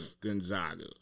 Gonzaga